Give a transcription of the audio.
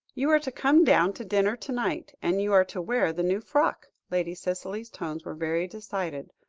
you are to come down to dinner to-night, and you are to wear the new frock, lady cicely's tones were very decided,